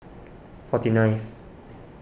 forty ninth